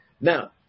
Now